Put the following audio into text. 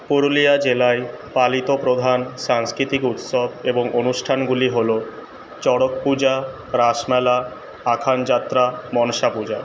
পুরুলিয়া জেলায় পালিত প্রধান সাংস্কৃতিক উৎসব এবং অনুষ্ঠানগুলি হল চড়কপূজা রাসমেলা আখানযাত্রা মনসাপূজা